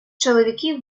чоловіки